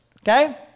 Okay